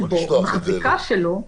היא מחזיקה שלו,